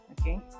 okay